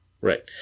Right